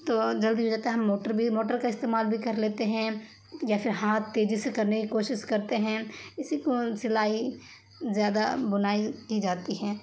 تو جلدی ہو جاتا ہے ہم موٹر بھی موٹر کا استعمال بھی کر لیتے ہیں یا پھر ہاتھ تیزی سے کرنے کی کوشش کرتے ہیں اسی کو سلائی زیادہ بنائی کی جاتی ہیں